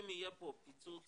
אם יהיה פה פיצוץ